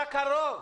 הקרוב.